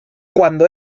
cuando